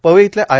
पवई इथल्या आय